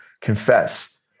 confess